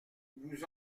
vous